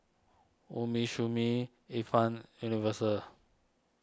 Umisumi Ifan Universal